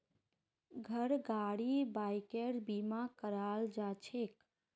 घर गाड़ी बाइकेर बीमा कराल जाछेक